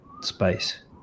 space